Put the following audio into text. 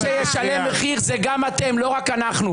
מי שישלם מחיר זה גם אתם, לא רק אנחנו.